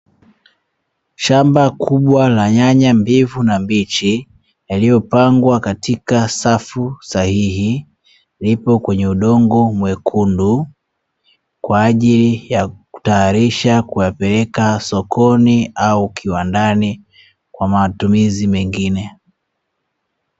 Shamba kubwa la nyanya mbivu na mbichi iliyopangwa katika safu sahihi, lipo kwenye udongo mwekundu kwa ajili ya kutayarisha kupeleka sokoni au kiwandani kwa matumizi mengine.